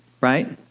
right